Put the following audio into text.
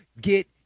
get